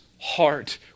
heart